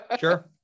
Sure